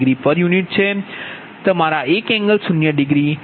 u છે તમારા 1∠0p